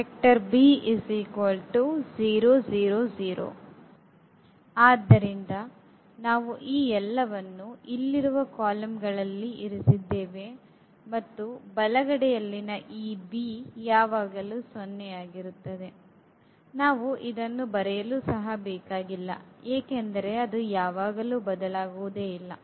ಆದ್ದರಿಂದ ನಾವು ಈ ಎಲ್ಲವನ್ನು ಇಲ್ಲಿರುವ ಕಾಲಮ್ಗಳಲ್ಲಿ ಇರಿಸಿದ್ದೇವೆ ಮತ್ತು ಬಲಗಡೆಯಲ್ಲಿನ ಈ b ಯಾವಾಗಲೂ 0 ಆಗಿರುತ್ತದೆ ನಾವು ಇದನ್ನು ಬರೆಯಲು ಸಹ ಬೇಕಾಗಿಲ್ಲ ಏಕೇಂದರೇ ಅದು ಯಾವಾಗಲೂ ಬದಲಾಗುವುದಿಲ್ಲ